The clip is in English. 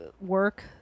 work